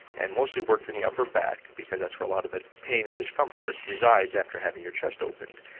and mostly worked in the upper back, because that's where a lot of the pain and discomfort resides after having your chest opened.